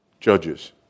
Judges